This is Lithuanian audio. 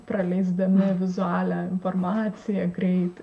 praleisdami vizualią informaciją greitai